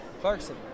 Clarkson